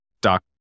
doc